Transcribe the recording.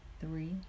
three